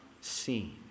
seen